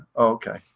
okay.